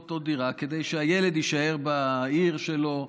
עוד דירה כדי שהילד יישאר בעיר שלה,